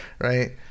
Right